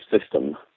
system